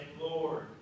Lord